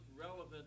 relevant